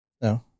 No